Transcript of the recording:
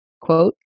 quote